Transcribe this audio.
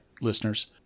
listeners